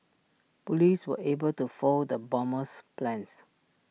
Police were able to foil the bomber's plans